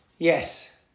Yes